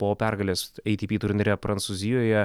po pergalės atp turnyre prancūzijoje